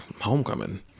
homecoming